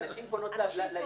הנשים פונות ליחידה.